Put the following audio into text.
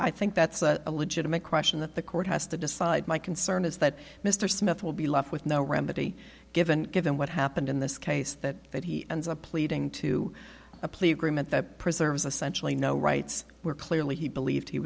i think that's a legitimate question that the court has to decide my concern is that mr smith will be left with no remedy given given what happened in this case that that he ends up pleading to a plea agreement that preserves essential you know rights were clearly he believed he